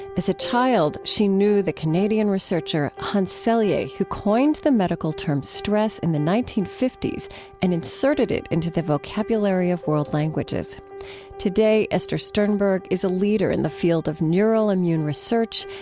as a child, she knew the canadian researcher hans selye, who coined the medical term stress in the nineteen fifty s and inserted it into the vocabulary of world languages today, esther sternberg is a leader in the field of neural-immune research,